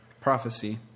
prophecy